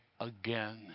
again